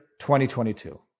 2022